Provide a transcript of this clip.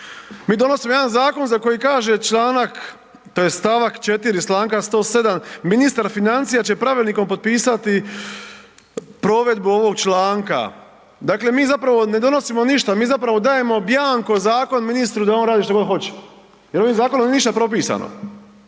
Mi donosimo jedan zakon za koji kaže članak tj. stavak 4. članka 107. ministar financija će pravilnikom potpisati provedbu ovog članka. Dakle, mi zapravo ne donosimo ništa, mi zapravo dajemo bianco zakon ministru da on radi što god hoće, jer ovim zakonom nije ništa propisano.